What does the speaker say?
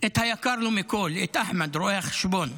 את היקר לו מכול, את אחמד, רואה החשבון.